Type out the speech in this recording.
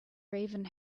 raven